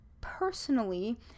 personally